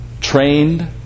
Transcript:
Trained